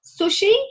sushi